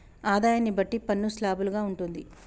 ఆదాయాన్ని బట్టి పన్ను స్లాబులు గా ఉంటుంది